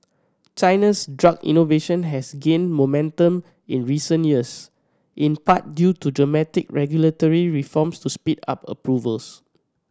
China's drug innovation has gained momentum in recent years in part due to dramatic regulatory reforms to speed up approvals